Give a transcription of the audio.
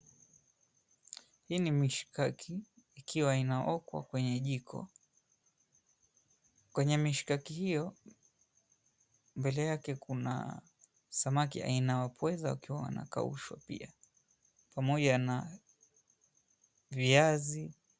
Hii ni mishkaki ikiwa inaokwa kwenye jiko. Kwenye mishkaki hio, mbele yake kuna samaki aina ya pweza wakiwa wanakaushwa pia pamoja na viazi.